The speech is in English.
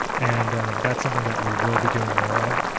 and that's something that we will be doing more of.